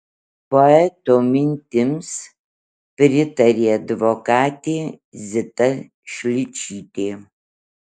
poeto mintims pritarė advokatė zita šličytė